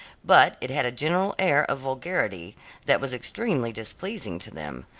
but it had a general air of vulgarity that was extremely displeasing to them.